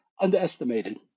underestimated